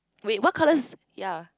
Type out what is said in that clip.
wait what colors yea